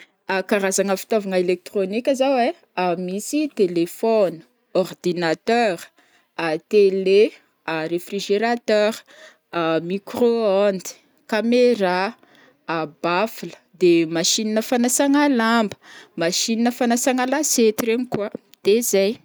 karazagna fitaovagna elektrônika zao ai, misy téléphone, ordinateur, télé, réfrigérateur, micro-ondes, caméra, baffle, de machine fanasagna lamba, machine fanasagna lasety regny koa, de zay.